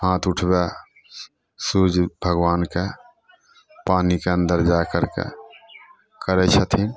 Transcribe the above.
हाथ उठबै सूर्य भगवानके पानीके अन्दर जा करिके करै छथिन